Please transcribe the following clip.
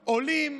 עולים,